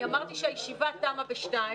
אני אמרתי שהישיבה תמה ב-14:00.